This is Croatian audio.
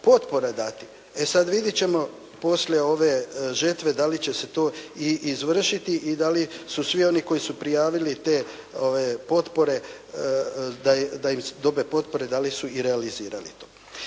potpore dati. E sad vidjet ćemo poslije ove žetve da li će se to i izvršiti i da li su svi oni koji su prijavili te potpore, da dobe potpore da li su i realizirali to?